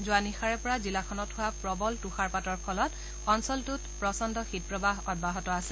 যোৱা নিশাৰেপৰা জিলাখনত হোৱা প্ৰবল ত্যাৰপাতৰ ফলত অঞ্চলটোত প্ৰচণ্ড শীতপ্ৰবাহ অব্যাহত আছে